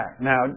Now